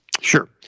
Sure